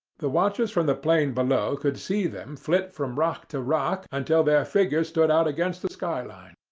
the watchers from the plain below could see them flit from rock to rock until their figures stood out against the skyline.